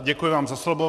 Děkuji vám za slovo.